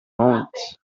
moments